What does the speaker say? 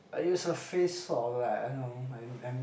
I use her face sort of like I know I am